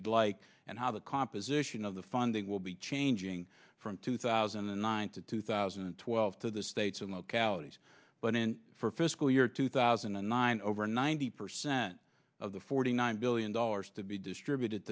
you'd like and how the composition of the funding will be changing from two thousand and nine to two thousand and twelve to the states and localities but in for fiscal year two thousand and nine over ninety percent of the forty nine billion dollars to be distributed